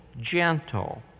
gentle